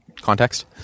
context